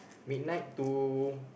midnight to